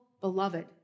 beloved